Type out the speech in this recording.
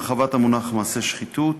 הרחבת המונח מעשה שחיתות),